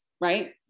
right